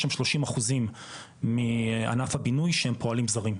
יש שם שלושים אחוזים מענף הבינוי שהם פועלים זרים,